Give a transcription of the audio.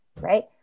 right